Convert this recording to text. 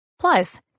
Plus